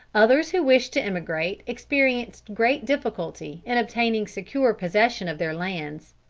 others who wished to emigrate, experienced great difficulty in obtaining secure possession of their lands.